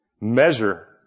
measure